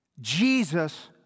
Jesus